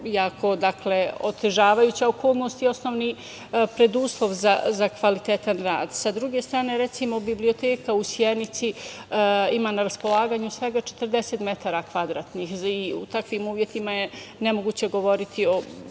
je jako otežavajuća okolnost i osnovni preduslov za kvalitetan rad. Sa druge strane, recimo, biblioteka u Sjenici ima na raspolaganju svega 40 m2 i u takvim uslovima je nemoguće govoriti o